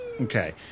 Okay